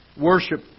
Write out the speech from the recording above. worship